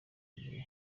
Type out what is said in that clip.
gihe